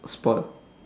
spoilt